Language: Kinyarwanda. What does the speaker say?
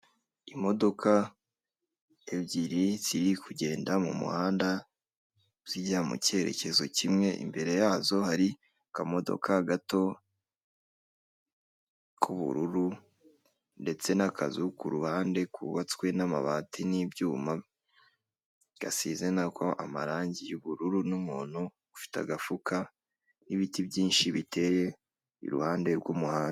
Imodoka ebyiri ziri kugenda mu muhanda zijya mu cyerekezo kimwe imbere yazo hari aka modoka gato k'ubururu ndetse n'akazu kuruhande kubatswe n'amabati n'ibyuma gasize nako amarangi y’ubururu n'umuntu ufite agafuka n'ibiti byinshi biteye iruhande rw'umuhanda.